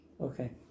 Okay